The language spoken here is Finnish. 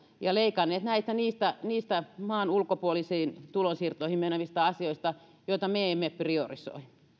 ja leikanneet näitä niistä niistä maan ulkopuolisiin tulonsiirtoihin menevistä asioista joita me emme priorisoi